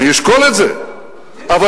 אני אשקול את זה, קדימה.